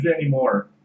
anymore